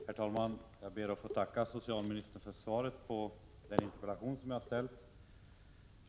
Herr talman! Jag ber att få tacka socialministern för svaret på den interpellation som jag har ställt.